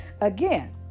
Again